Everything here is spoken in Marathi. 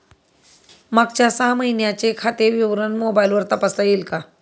मागच्या सहा महिन्यांचे खाते विवरण मोबाइलवर तपासता येईल का?